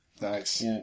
Nice